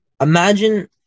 imagine